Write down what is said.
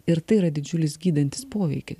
ir tai yra didžiulis gydantis poveikis